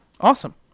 Awesome